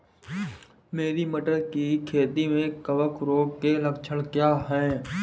मेरी मटर की खेती में कवक रोग के लक्षण क्या हैं?